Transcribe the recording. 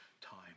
time